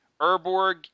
urborg